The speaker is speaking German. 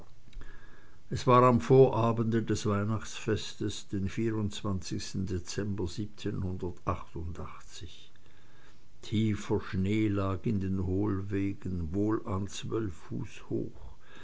es war am vorabende des weihnachtfestes den dezember tiefer schnee lag in den hohlwegen wohl an zwölf fuß hoch